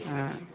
ہاں